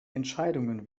entscheidungen